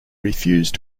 refused